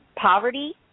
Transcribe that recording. poverty